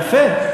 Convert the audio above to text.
יפה.